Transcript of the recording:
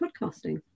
podcasting